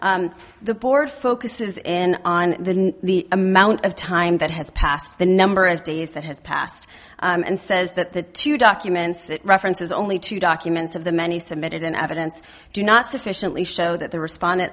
now the board focuses in on the the amount of time that has passed the number of days that has passed and says that the two documents it references only two documents of the many submitted in evidence do not sufficiently show that the responde